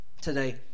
today